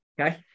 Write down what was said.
Okay